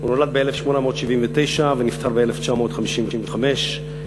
הוא נולד ב-1879 ונפטר ב-1955,